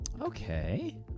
Okay